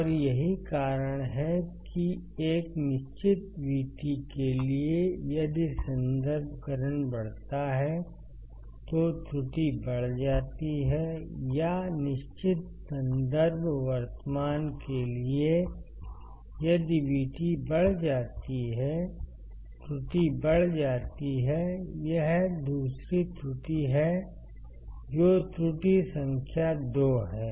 और यही कारण है कि एक निश्चित VT के लिए यदि संदर्भ करंट बढ़ता है तो त्रुटि बढ़ जाती है या निश्चित संदर्भ वर्तमान के लिए यदि VT बढ़ जाती है त्रुटि बढ़ जाती है यह दूसरी त्रुटि है जो त्रुटि संख्या 2 है